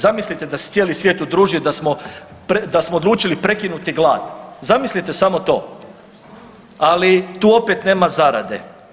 Zamislite da se cijeli svijet udružio i da smo, da smo odlučili prekinuti glad, zamislite samo to, ali tu opet nema zarade.